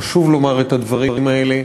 וחשוב לומר את הדברים האלה: